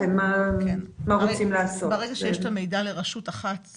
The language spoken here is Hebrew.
ברגע שיש את המידע לרשות אחת,